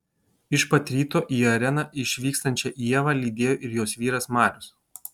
iš pat ryto į areną išvykstančią ievą lydėjo ir jos vyras marius